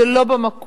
זה לא במקום,